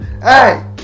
Hey